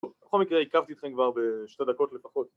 בכל מקרה, עכבתי אתכם כבר בשתי דקות לפחות